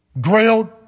grilled